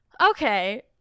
Okay